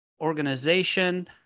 organization